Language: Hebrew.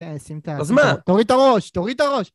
אה, סמטה. אז מה? תוריד את הראש! תוריד את הראש!